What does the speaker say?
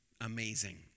amazing